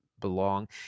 belong